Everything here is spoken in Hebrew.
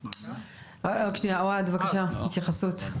אוהד בבקשה, התייחסותך.